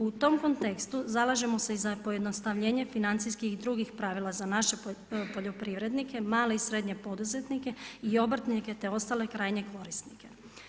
U tom kontekstu, zalažemo se i za pojednostavljenje financijskih i drugih pravila za naše poljoprivrednike, male i srednje poduzetnike i obrtnike te ostale krajnje korisnike.